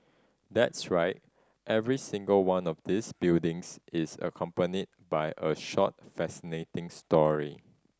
that's right every single one of these buildings is accompanied by a short fascinating story